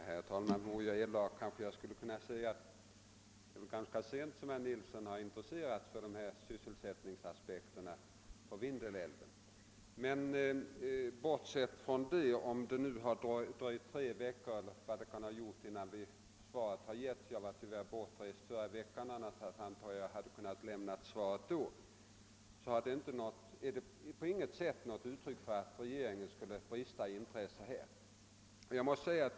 Herr talman! Vore jag elak kanske jag kunde säga att det är ganska sent som herr Nilsson i Tvärålund har intresserat sig för sysselsättningsaspekterna på Vindelälven. Bortsett från detta är det förhållandet att svaret har dröjt tre veckor — jag var tyvärr bortrest förra veckan; annars antar jag att jag hade kunnat lämna svaret då — på intet sätt något uttryck för att regeringen skulle brista i intresse i detta sammanhang.